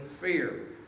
fear